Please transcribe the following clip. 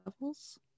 levels